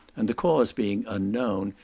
and the cause being unknown,